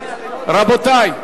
רבותי,